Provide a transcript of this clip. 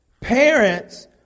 parents